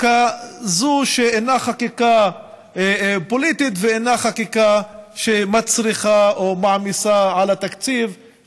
זו שאינה חקיקה פוליטית ואינה חקיקה שמצריכה תקציב או מעמיסה על התקציב,